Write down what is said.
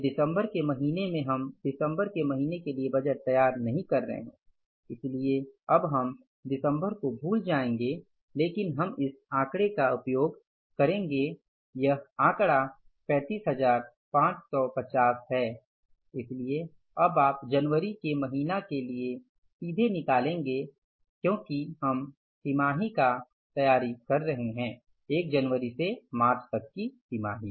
तो दिसंबर के महीने में हम दिसंबर के महीने के लिए बजट तैयार नहीं कर रहे हैं इसलिए अब हम दिसंबर को भूल जाएंगे लेकिन हम इस आंकड़े का उपयोग करेंगे यह आंकड़ा 35550 है इसलिए अब आप जनवरी के महीना के लिए सीधे निकालेंगे क्योंकि हम तिमाही का तैयार कर रहे हैं एक जनवरी से मार्च की तिमाही